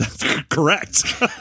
Correct